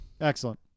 Excellent